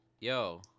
yo